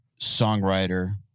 songwriter